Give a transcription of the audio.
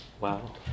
Wow